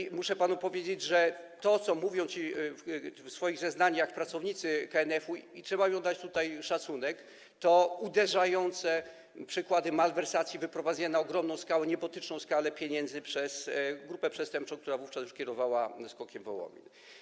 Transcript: I muszę panu powiedzieć, że to, co podają w swoich zeznaniach pracownicy KNF-u - i trzeba im oddać tutaj szacunek - to uderzające przykłady malwersacji, wyprowadzania na ogromną skalę, niebotyczną skalę pieniędzy przez grupę przestępczą, która wówczas kierowała SKOK Wołomin.